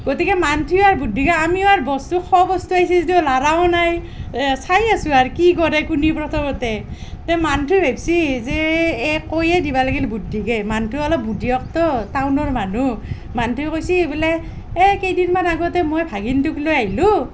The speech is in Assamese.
গতিকে মানুহটো আৰু বুদ্ধিৰে আমিও আৰু বস্তু খোৱা বস্তু আহিছে যদিও লাৰাও নাই চাই আছোঁ আৰু কি কৰে কোনে প্ৰথমতে তে মানুহটোৱে ভাৱছি যে এই কৈয়ে দিবা লাগিল বুদ্ধিকে মানুহটো অলপ বুদ্ধিয়কতো টাউনৰ মানুহ মানুহটোৱে কৈছি বোলে এই কেইদিনমান আগতে মই ভাগিনটোক লৈ আই্হিলোঁ